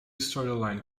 storyline